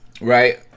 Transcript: Right